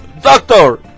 Doctor